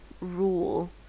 rule